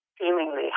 seemingly